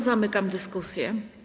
Zamykam dyskusję.